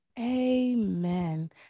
Amen